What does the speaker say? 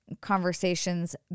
conversations